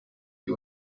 die